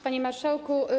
Panie Marszałku!